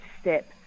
step